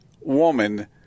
woman